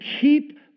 keep